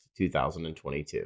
2022